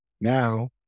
now